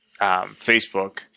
Facebook